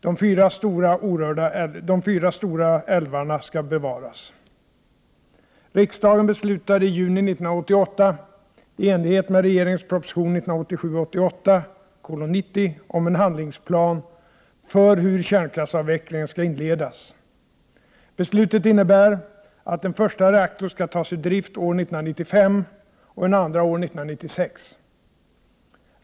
De fyra stora älvarna skall bevaras. Riksdagen beslutade i juni 1988, i enlighet med regeringens proposition 1987/88:90, om en handlingsplan för hur kärnkraftsavvecklingen skall inledas. Beslutet innebär att en första reaktor skall tas ur drift år 1995 och en andra år 1996.